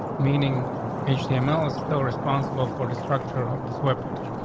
meaning and the email is still responsible for the structure of this webpage.